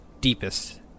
deepest